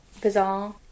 bizarre